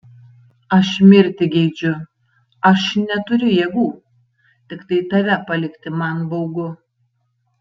aš mirti geidžiu aš neturiu jėgų tiktai tave palikti man baugu